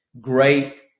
Great